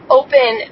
open